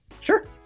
Sure